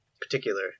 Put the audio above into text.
particular